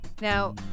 now